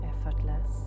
effortless